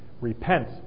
Repent